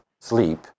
sleep